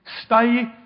stay